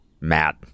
Matt